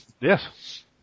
yes